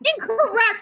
incorrect